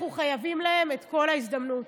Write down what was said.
אנחנו חייבים להם את כל ההזדמנות.